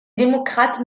démocrate